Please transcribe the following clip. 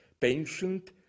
patient